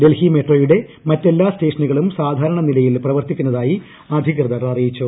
ഡൽഹി മെട്രോയുടെ മറ്റെല്ലാ സ്റ്റേഷനുകളും സാധാരണ നിലയിൽ പ്രവർത്തിക്കുന്നതായി അധികൃതർ അറിയിച്ചു